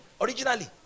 originally